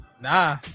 Nah